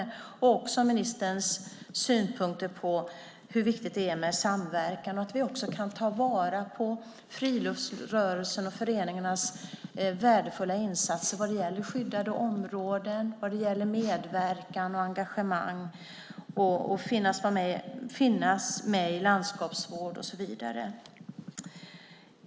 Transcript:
Det gäller också ministerns synpunkter på hur viktigt det är med samverkan och att vi kan ta vara på friluftsrörelsens och föreningarnas värdefulla insatser när det gäller skyddade områden, medverkan, engagemang och att finnas med i landskapsvård och så vidare.